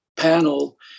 panel